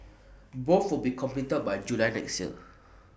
both will be completed by July next year